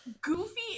goofy